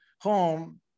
home